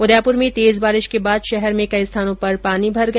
उदयपूर में तेज बारिश के बाद शहर में कई स्थानों पर पानी भर गया